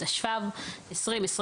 התשפ"ב-2021,